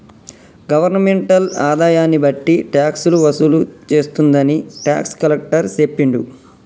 governmental ఆదాయన్ని బట్టి టాక్సులు వసూలు చేస్తుందని టాక్స్ కలెక్టర్ సెప్పిండు